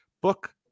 book